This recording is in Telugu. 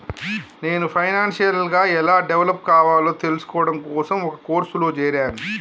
నేను ఫైనాన్షియల్ గా ఎలా డెవలప్ కావాలో తెల్సుకోడం కోసం ఒక కోర్సులో జేరాను